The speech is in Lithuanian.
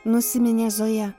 nusiminė zoja